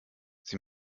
sie